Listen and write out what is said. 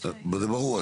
זה ברור.